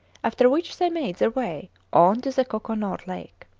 after which they made their way on to the koko-nor lake.